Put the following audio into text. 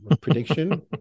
prediction